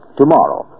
tomorrow